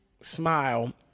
smile